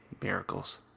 miracles